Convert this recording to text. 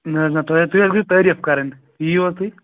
نہَ حظ نہَ تُہۍ حظ تُہۍ حظ گٔیوٕ تعریٖف کَرٕنۍ یِیِو حظ تُہۍ